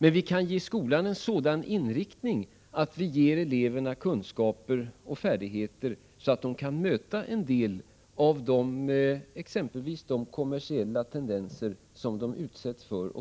Men vi kan ge skolan en sådan inriktning att eleverna får kunskaper och färdigheter, så att de kan möta en del av exempelvis de kommersiella tendenser som de utsätts för